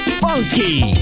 funky